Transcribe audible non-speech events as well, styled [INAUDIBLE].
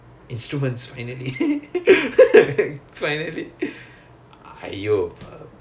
yes [LAUGHS] oh why last year you all didn't have much instruments is it